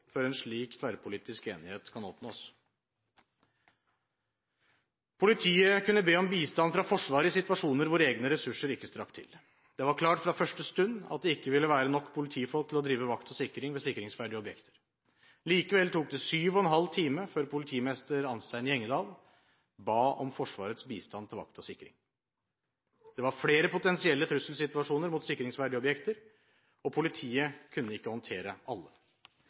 før en slik tverrpolitisk enighet kan oppnås. Politiet kunne be om bistand fra Forsvaret i situasjoner hvor egne ressurser ikke strakk til. Det var klart fra første stund at det ikke ville være nok politifolk til å drive vakt og sikring ved sikringsverdige objekter. Likevel tok det syv og en halv time før politimester Anstein Gjengedal ba om Forsvarets bistand til vakt og sikring. Det var flere potensielle trusselsituasjoner mot sikringsverdige objekter, og politiet kunne ikke håndtere alle.